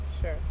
Sure